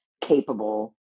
capable